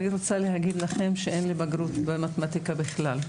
אני רוצה להגיד לכם שאין לי בגרות במתמטיקה בכלל.